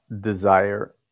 desire